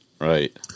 Right